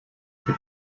for